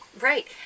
Right